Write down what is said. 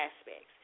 aspects